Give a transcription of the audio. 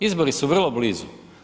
Izbori su vrlo blizu.